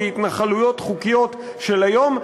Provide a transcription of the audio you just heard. כהתנחלויות חוקיות של היום,